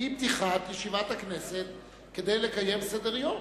פתיחת ישיבת הכנסת היא כדי לקיים סדר-יום.